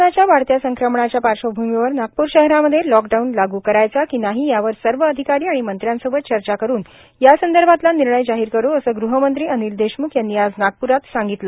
कोरोनाच्या वाढत्या संक्रमणाच्या पार्श्वभूमीवर नागपूर शहरामध्ये लॉकडाऊन लागू करायचा की नाही यावर सर्व अधिकारी आणि मंत्र्यांसोबत चर्चा करून या संदर्भातला निर्णय जाहीर करू असं ग़हमंत्री अनिल देशम्ख यांनी आज नागप्रात सांगितलं